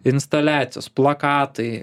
instaliacijos plakatai